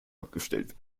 abgestellt